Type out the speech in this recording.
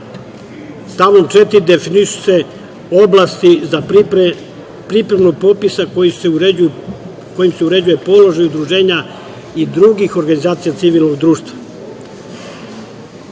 4. definišu se oblasti pripremnog popisa kojim se uređuje položaj udruženja i drugih organizacija civilnog društva.